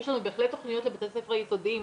אבל יש לנו בהחלט תוכניות לבתי הספר היסודיות,